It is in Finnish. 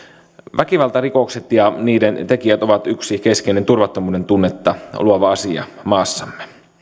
väkivaltarikokset ja niiden tekijät ovat yksi keskeinen turvattomuuden tunnetta luova asia maassamme